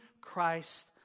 Christ